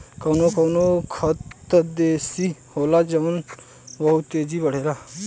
कवनो कवनो खर त देसी होला जवन बहुत तेजी बड़ेला